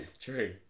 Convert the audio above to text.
True